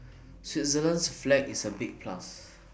Switzerland's flag is A big plus